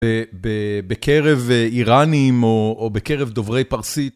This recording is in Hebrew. בקרב אירנים או בקרב דוברי פרסית.